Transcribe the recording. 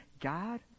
God